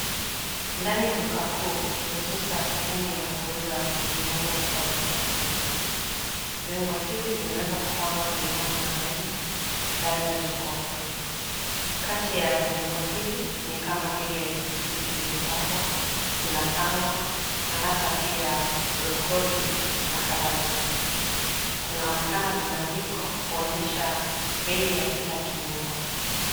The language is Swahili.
Ndani ya duka kuu kihususa sehemu ya kuuza viungo tofauti tofauti. Viungo hivi vimeweza kupangwa kulingana na aina ndani ya jokofu. Kati ya viungo hivi ni kama vile pilipili hoho kuna tango na hata pia brokoli na kadhalika. Kunaonekana vibandiko kuonyesha bei ya kila kiungo.